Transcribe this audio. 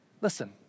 Listen